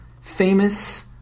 famous